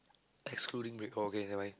excluding break orh okay never mind